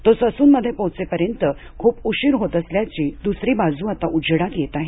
तो ससूनमध्ये पोहचेपर्यंत खूप उशीर होत असल्याची द्रसरी बाजू आता उजेडात येत आहे